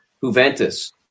Juventus